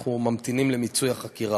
אנחנו ממתינים למיצוי החקירה.